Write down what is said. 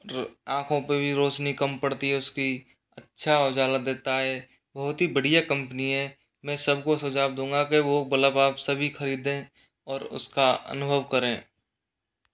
आँखों पर भी रौशनी कम पड़ती है उसकी अच्छा उजाला देता है बहुत ही बढ़िया कम्पनी है मैं सबको सुझाव दूंगा के वह बलब आप सभी खरीदें और उसका अनुभव करें